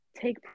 take